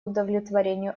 удовлетворению